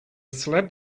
slab